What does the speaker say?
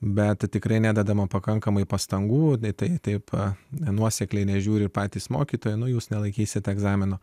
bet tikrai nededama pakankamai pastangų tai taip nenuosekliai nežiūri ir patys mokytojai nuo jūs nelaikysite egzamino